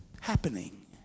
happening